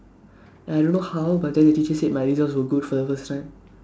and I don't how but then the teacher said my results were good for the first time